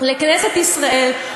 לכנסת ישראל.